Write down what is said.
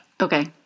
Okay